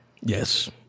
Yes